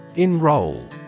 Enroll